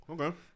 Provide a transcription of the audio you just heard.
Okay